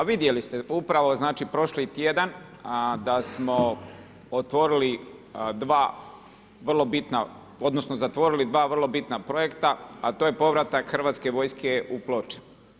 Vidjeli ste, upravo znači prošli tjedan, da smo otvorili dva vrlo bitna, odnosno, zatvorili dva vrlo bitna projekta, a to je povratak Hrvatske vojske u Ploče.